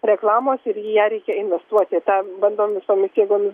reklamos ir į ją reikia investuoti tą bando visomis jėgomis